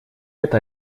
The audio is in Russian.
это